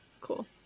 cool